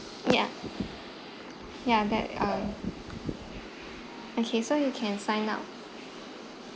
ya ya that um okay so you can sign up